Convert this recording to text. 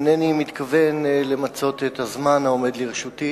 אינני מתכוון למצות את הזמן העומד לרשותי